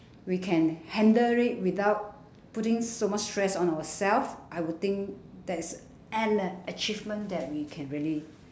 we can handle it without putting so much stress on ourselves I would think that's an achievement that we can really